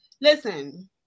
Listen